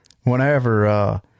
Whenever